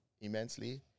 immensely